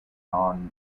non